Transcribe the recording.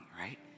right